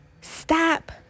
stop